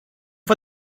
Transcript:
for